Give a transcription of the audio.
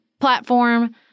platform